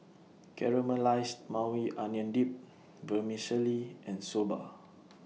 Caramelized Maui Onion Dip Vermicelli and Soba